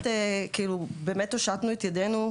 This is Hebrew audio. באמת הושטנו את ידינו,